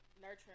nurturing